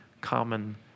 common